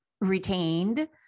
retained